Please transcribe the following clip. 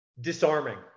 disarming